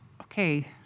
okay